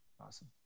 Awesome